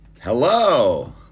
Hello